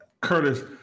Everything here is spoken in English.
Curtis